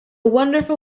wonderful